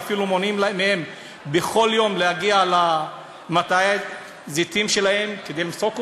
ואפילו מונעים מהם בכל יום להגיע למטעי הזיתים שלהם כדי למסוק אותם?